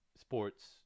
sports